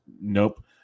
Nope